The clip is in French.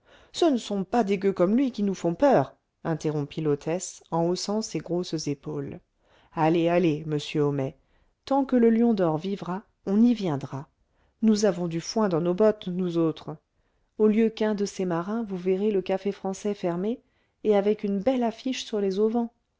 ce ne sont pas des gueux comme lui qui nous font peur interrompit l'hôtesse en haussant ses grosses épaules allez allez monsieur homais tant que le lion d'or vivra on y viendra nous avons du foin dans nos bottes nous autres au lieu qu'un de ces marins vous verrez le café français fermé et avec une belle affiche sur les